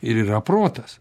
ir yra protas